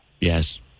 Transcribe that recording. Yes